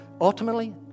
Ultimately